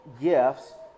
gifts